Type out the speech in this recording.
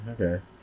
Okay